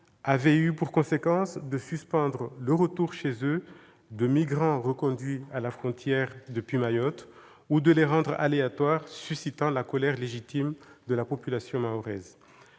ont eu pour conséquence de suspendre le retour chez eux de migrants reconduits à la frontière depuis Mayotte, ou de les rendre aléatoires, suscitant la colère légitime de la population mahoraise.